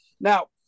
Now